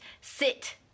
sit